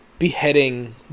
Beheading